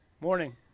morning